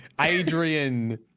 Adrian